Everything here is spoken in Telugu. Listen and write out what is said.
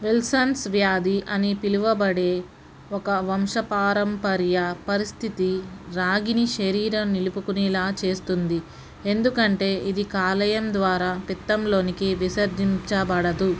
విల్సన్స్ వ్యాధి అని పిలువబడే ఒక వంశపారంపర్య పరిస్థితి రాగిని శరీరం నిలుపుకునేలా చేస్తుంది ఎందుకంటే ఇది కాలేయం ద్వారా పిత్తంలోనికి విసర్జించబడదు